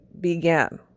began